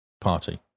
party